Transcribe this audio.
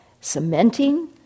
cementing